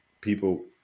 People